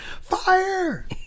fire